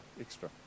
extra